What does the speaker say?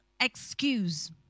excuse